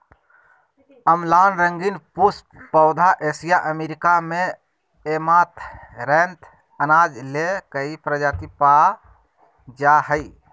अम्लान रंगीन पुष्प पौधा एशिया अमेरिका में ऐमारैंथ अनाज ले कई प्रजाति पाय जा हइ